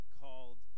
called